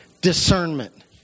discernment